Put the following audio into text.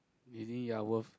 you think you're worth